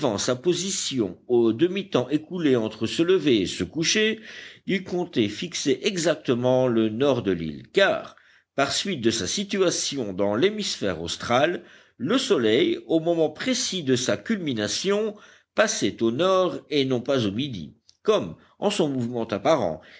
sa position au demi temps écoulé entre ce lever et ce coucher il comptait fixer exactement le nord de l'île car par suite de sa situation dans l'hémisphère austral le soleil au moment précis de sa culmination passait au nord et non pas au midi comme en son mouvement apparent